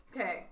Okay